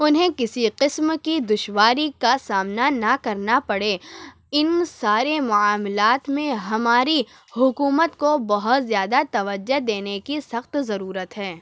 انہیں کسی قسم کی دشواری کا سامنا نہ کرنا پڑے ان سارے معاملات میں ہماری حکومت کو بہت زیادہ توجہ دینے کی سخت ضرورت ہے